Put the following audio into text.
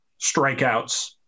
strikeouts